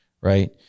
right